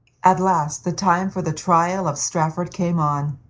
at last the time for the trial of strafford came on,